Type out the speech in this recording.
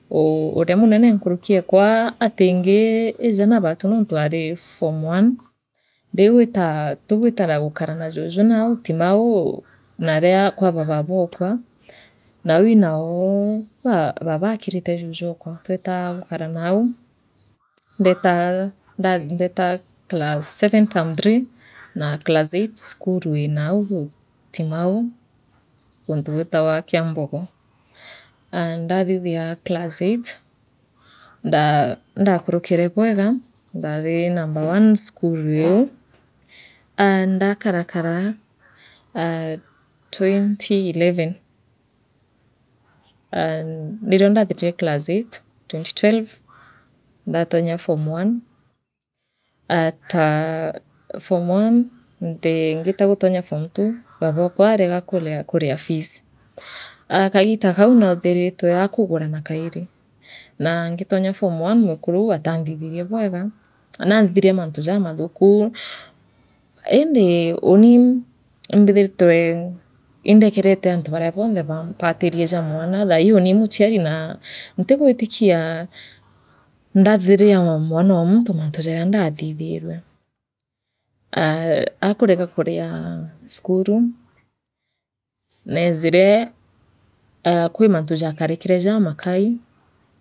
Uu uria munene nkurukiekwa aa atingi ija naabatwi nontu aari form one ndigwitaa tugwitaa gukara na juuuju nau timau naaria kwaba babukwa nau inao ba baaba aakirite juju okwa tweta gukana nau ndeta nda ndeeta class seren term three naa class eight skuru ii nau Timau guntu gwitagwa kiambogo aa ndathithia class eight ndaa indakurukire bwega ndari number one cukuru iu aa ndaakarakara aa twenty eleven aa irio ndathiririe class eight twenty twelve ndatonga form one aataa form one nti ngiitaa gutonya form two baabokwa aa areega arega kuria fees aah kaagita kau neethiritwe akugurana kairi naa ngitonya form one mwekuru uu aatanthi thini bweega naanthithirie mantu jamathuku iindi uni imbiithii twe indekerete antu baria boonthe baampatiria jaa mwana thaii uuri ii muchiari naa ntigwitikia ndathithiria mwanoo muntu muntu jaria ndathithirue aa akarega kuria skuru neejire aa kwi mantu jakarikire jamakai.